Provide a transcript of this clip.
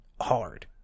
hard